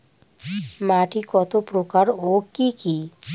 মাটি কত প্রকার ও কি কি?